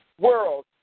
world